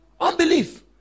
unbelief